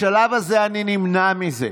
בשלב זה אני נמנע מזה.